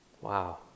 Wow